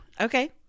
Okay